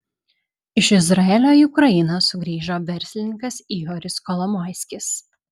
iš izraelio į ukrainą sugrįžo verslininkas ihoris kolomoiskis